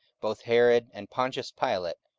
both herod, and pontius pilate,